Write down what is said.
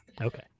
okay